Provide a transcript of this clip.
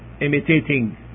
imitating